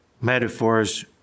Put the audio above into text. metaphors